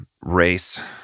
race